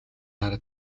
дараа